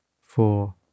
four